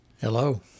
hello